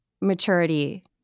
maturity